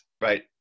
Right